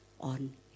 on